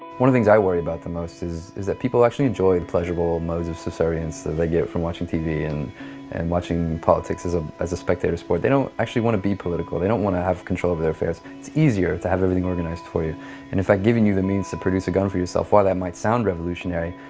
one of the things i worry about the most, is is that people actually enjoy pleasurable modes of subservience that they get from watching tv and and watching politics um as a spectator sport. they don't actually want to be political. they don't wanna have control over their affairs. it's easier to have everything organized for you. and if i've given you the means to produce a gun for yourself, while that might sound revolutionary,